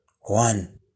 One